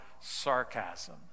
sarcasm